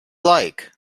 like